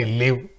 live